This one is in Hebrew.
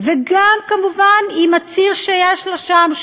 וגם, כמובן, עם הציר שיש לה שם,